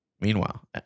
Meanwhile